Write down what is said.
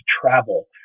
travel